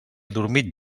dormit